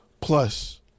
plus